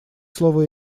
слово